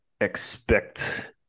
expect